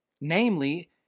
Namely